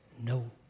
No